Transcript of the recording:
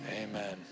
amen